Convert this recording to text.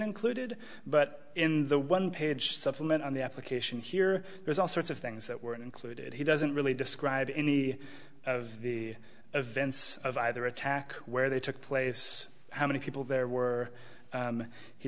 included but in the one page supplement on the application here there's all sorts of things that were included he doesn't really describe any of the events of either attack where they took place how many people there were